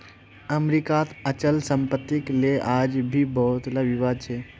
अमरीकात अचल सम्पत्तिक ले आज भी बहुतला विवाद छ